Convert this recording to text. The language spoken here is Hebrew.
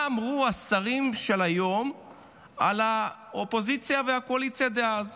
מה אמרו השרים של היום על האופוזיציה והקואליציה דאז.